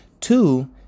Two